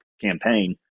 campaign